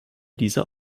dieser